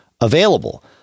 available